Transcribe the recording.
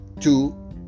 two